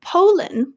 Poland